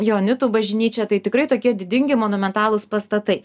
joanitų bažnyčia tai tikrai tokie didingi monumentalūs pastatai